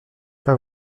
pas